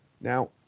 now